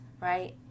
right